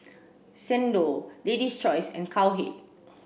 Xndo Lady's Choice and Cowhead